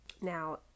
now